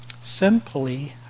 Simply